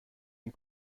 این